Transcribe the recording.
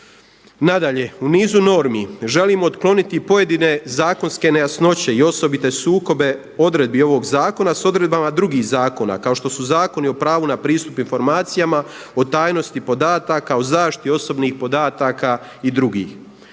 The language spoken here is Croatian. Nadalje, u nizu normi želimo otkloniti pojedine zakonske nejasnoće i osobite sukobe odredbi ovog zakona s odredbama drugih zakona, kao što su Zakoni o pravu na pristup informacijama, o tajnosti podataka, o zaštiti osobnih podataka i drugih.